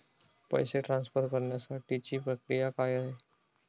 पैसे ट्रान्सफर करण्यासाठीची प्रक्रिया काय आहे?